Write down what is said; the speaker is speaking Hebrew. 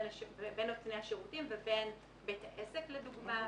בין נותני השירותים לבין בית עסק לדוגמה,